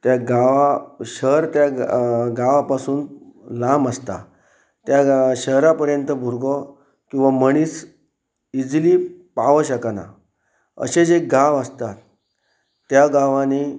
त्या गांवा शहर त्या गांवा पासून लांब आसता त्या शहरा पर्यंत भुरगो किंवां मनीस इजिली पावो शकना अशे जे गांव आसतात त्या गांवांनी